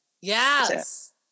Yes